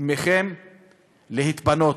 מכם להתפנות.